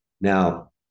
Now